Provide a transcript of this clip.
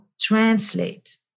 translate